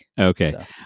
Okay